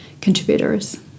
contributors